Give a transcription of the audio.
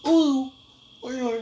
!aiyo!